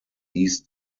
east